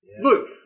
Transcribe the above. Look